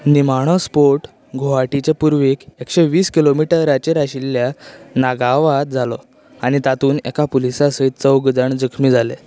निमाणो स्फोट गुहाटीचे पुर्वेक एकशे वीस किलोमीटरांचेर आशिल्ल्या नागांवांत जालो आनी तातूंत एका पुलीसा सयत चौग जाण जखमी जाले